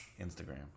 Instagram